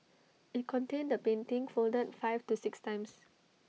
IT contained A painting folded five to six times